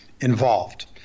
involved